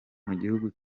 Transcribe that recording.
mugihugu